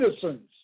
citizens